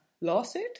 lawsuit